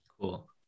Cool